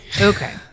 Okay